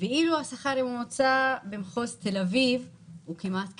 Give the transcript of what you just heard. ואילו השכר הממוצע במחוז תל אביב הוא כמעט כפול,